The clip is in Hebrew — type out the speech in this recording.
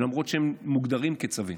למרות שהם מוגדרים כצווים.